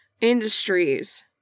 industries